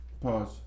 Pause